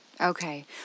Okay